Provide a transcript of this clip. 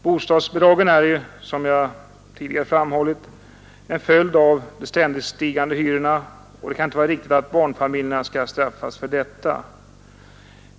Bostadsbidragen är, som jag tidigare framhållit, en följd av de ständigt stigande hyrorna, och det kan inte vara riktigt att barnfamiljerna skall straffas för detta.